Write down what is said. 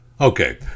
Okay